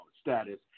status